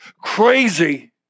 crazy